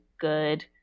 good